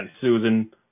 Susan